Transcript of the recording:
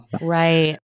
Right